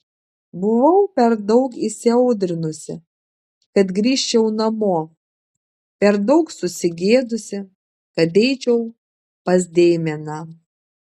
buvau per daug įsiaudrinusi kad grįžčiau namo per daug susigėdusi kad eičiau pas deimeną